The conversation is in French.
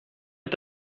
est